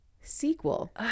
sequel